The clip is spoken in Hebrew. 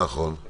אני